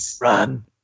run